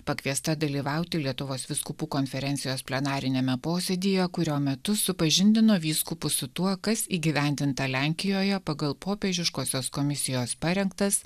pakviesta dalyvauti lietuvos vyskupų konferencijos plenariniame posėdyje kurio metu supažindino vyskupus su tuo kas įgyvendinta lenkijoje pagal popiežiškosios komisijos parengtas